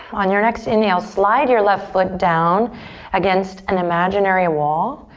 on your next inhale, slide your left foot down against an imaginary wall,